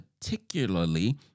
particularly